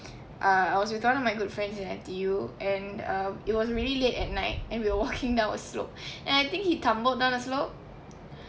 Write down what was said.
uh I was with one of my good friends in N_T_U and uh it was really late at night and we were walking down a slope and I think he tumbled down the slope